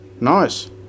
Nice